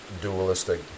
Dualistic